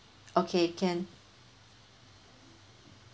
okay can